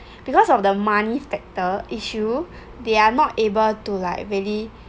because of the money factor issue they are not able to like maybe